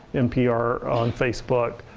npr on facebook,